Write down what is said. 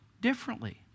differently